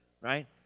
Right